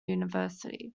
university